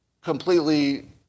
completely